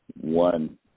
one